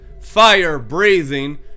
fire-breathing